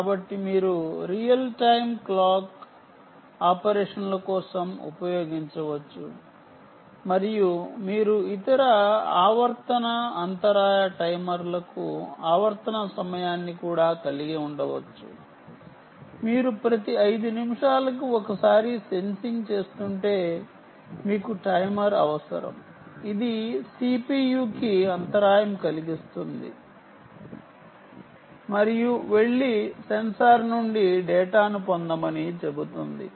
కాబట్టి మీరు real time clock ఆపరేషన్ల కోసం ఉపయోగించవచ్చు మరియు మీరు ఇతర ఆవర్తన అంతరాయ టైమర్లకు ఆవర్తన సమయాన్ని కూడా కలిగి ఉండవచ్చు మీరు ప్రతి 5 నిమిషాలకు ఒకసారి సెన్సింగ్ చేస్తుంటే మీకు టైమర్ అవసరం ఇది CPU కి అంతరాయం కలిగిస్తుంది మరియు వెళ్లి సెన్సార్ నుండి డేటాను పొందమని చెబుతుంది